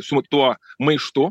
su tuo maištu